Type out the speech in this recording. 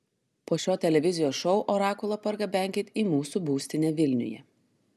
po šio televizijos šou orakulą pargabenkit į mūsų būstinę vilniuje